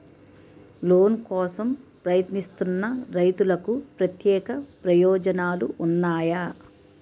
Loan కోసం ప్రయత్నిస్తున్న రైతులకు ప్రత్యేక ప్రయోజనాలు ఉన్నాయా?